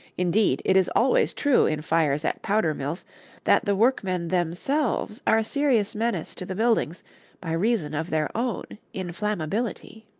indeed, it is always true in fires at powder-mills that the workmen themselves are a serious menace to the buildings by reason of their own inflammability.